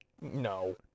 No